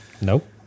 Nope